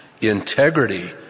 Integrity